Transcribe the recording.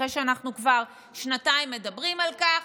אחרי שאנחנו כבר שנתיים מדברים על כך,